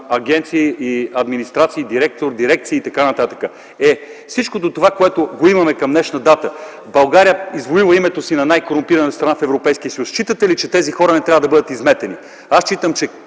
агенции и администрации – директор, дирекции и т.н. Е, при всичко това, което имаме към днешна дата, България извоюва името си на най-корумпирана страна в Европейския съюз. Считате ли, че тези хора не трябва да бъдат изметени? Аз считам, че